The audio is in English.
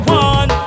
one